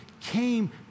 came